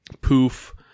poof